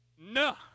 No